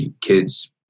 kids